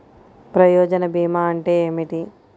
ప్రయోజన భీమా అంటే ఏమిటి?